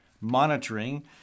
monitoring